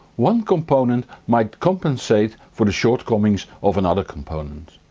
one component might compensate for the shortcomings of another component.